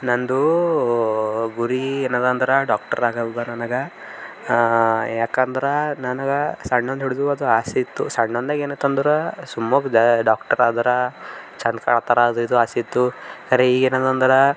ನಂದು ಗುರಿ ಏನಿದೆ ಅಂದ್ರೆ ಡಾಕ್ಟರ್ ನನಗ ಯಾಕಂದ್ರೆ ನನಗೆ ಸಣ್ಣಿಂದ ಹಿಡಿದು ಅದು ಆಸೆ ಇತ್ತು ಸಣ್ಣಂದಾಗಿ ಏನಿತ್ತು ಅಂದ್ರೆ ಸುಮುಕ್ ಜ ಡಾಕ್ಟರ್ ಆದಾರಾ ಚೆಂದ ಕಾಣ್ತಾರ ಅದು ಇದು ಆಸೆ ಇತ್ತು ಖರೆ ಈಗ ಏನಿದೆ ಅಂದ್ರೆ